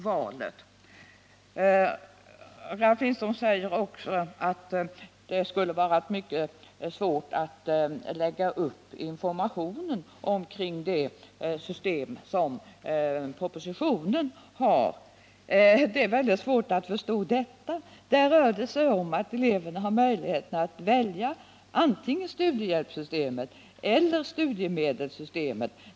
Ralf Lindström säger också att det skulle vara mycket svårt att lägga upp informationen kring det system som propositionen förordar. Det är svårt att förstå detta påstående, eftersom eleverna har möjlighet att välja antingen studiehjälpssystemet eller studiemedelssystemet.